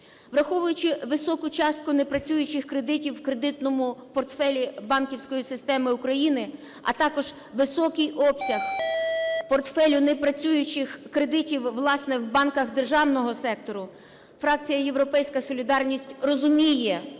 Враховуючи високу частку непрацюючих кредитів в кредитному портфелі банківської системи України, а також високий обсяг портфелю непрацюючих кредитів, власне, в банках державного сектору, фракція "Європейська солідарність" розуміє,